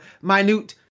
minute